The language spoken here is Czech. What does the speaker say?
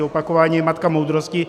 Opakování je matka moudrosti.